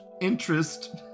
interest